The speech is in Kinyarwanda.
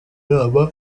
inama